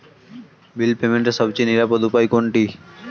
বিল পেমেন্টের সবচেয়ে নিরাপদ উপায় কোনটি?